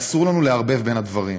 ואסור לנו לערבב בין הדברים.